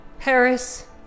Paris